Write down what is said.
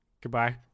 Goodbye